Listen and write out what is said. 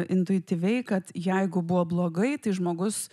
intuityviai kad jeigu buvo blogai tai žmogus